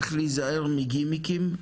צריך להיזהר מגימיקים,